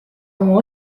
oma